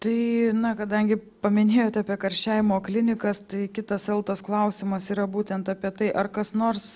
tai na kadangi paminėjote apie karščiavimo klinikas tai kitas eltos klausimas yra būtent apie tai ar kas nors